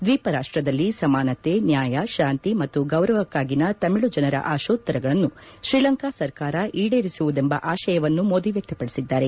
ದ್ದೀಪರಾಪ್ಪದಲ್ಲಿ ಸಮಾನತೆ ನ್ನಾಯ ಶಾಂತಿ ಮತ್ತು ಗೌರವಕ್ನಾಗಿನ ತಮಿಳು ಜನರ ಆಶೋತ್ತರಗಳನ್ನು ಶ್ರೀಲಂಕಾ ಸರ್ಕಾರ ಈಡೇರಿಸುವುದೆಂಬ ಆಶಯವನ್ನು ಮೋದಿ ವ್ಯಕ್ತಪಡಿಸಿದ್ದಾರೆ